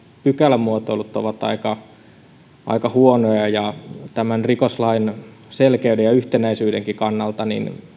pykälämuotoilut ovat aika huonoja ja rikoslain selkeyden ja yhtenäisyydenkin kannalta